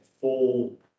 full